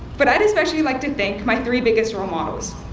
but i'd especially like to thank my three biggest role models,